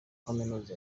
kaminuza